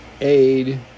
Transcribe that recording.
aid